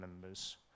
members